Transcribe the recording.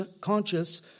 conscious